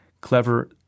clever